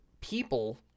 people